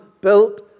built